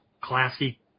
classy